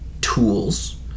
tools